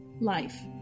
life